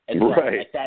Right